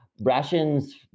Rations